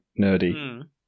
nerdy